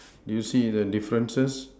do you see the differences